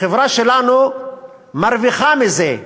החברה שלנו מרוויחה מזה.